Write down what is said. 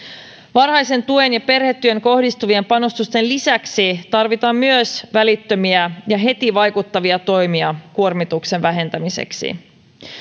varhaiseen tukeen ja perhetyöhön kohdistuvien panostusten lisäksi tarvitaan myös välittömiä ja heti vaikuttavia toimia kuormituksen vähentämiseksi